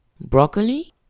broccoli